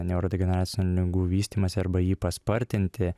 neurodegeneracinių ligų vystymąsi arba jį paspartinti